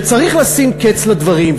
וצריך לשים קץ לדברים.